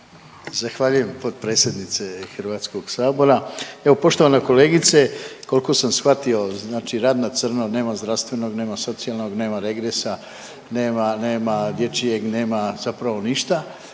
Zahvaljujem potpredsjednice HS-a. Evo poštovana kolegice koliko sam shvatio znači rad na crno, nema zdravstvenog, nema socijalnog, nema regresa, nema dječjeg, nema zapravo ništa